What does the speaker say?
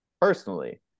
personally